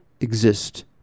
exist